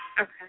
Okay